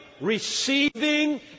receiving